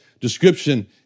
description